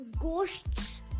ghosts